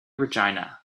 regina